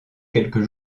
quelques